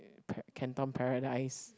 Pa~ Canton Paradise